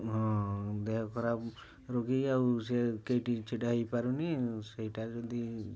ହଁ ଦେହ ଖରାପ୍ ରୋଗୀ ଆଉ ସେ କେହି ଟିକେ ଛିଡ଼ା ହେଇପାରୁନି ସେଇଟା